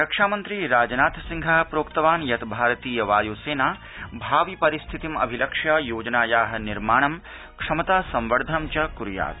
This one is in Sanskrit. रक्षामन्त्री राजनाथ सिंह प्रोक्तवान् यत् भारतीय वायुसेना भावि परिस्थितिम् अभिलक्ष्य योजनाया निर्माण ं क्षमता संवर्द्धन च क्यात्